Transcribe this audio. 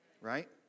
right